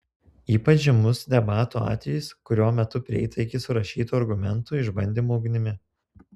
ypač žymus debatų atvejis kurio metu prieita iki surašytų argumentų išbandymo ugnimi